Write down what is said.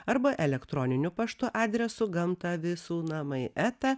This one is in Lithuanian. arba elektroniniu paštu adresu gamta visų namai eta